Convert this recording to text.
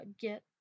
get